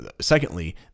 secondly